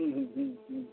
ᱦᱮᱸ ᱦᱮᱸ ᱦᱮᱸ